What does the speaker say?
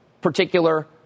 particular